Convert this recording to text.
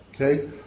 Okay